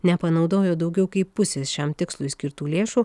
nepanaudojo daugiau kaip pusės šiam tikslui skirtų lėšų